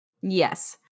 Yes